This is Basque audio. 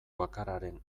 bakarraren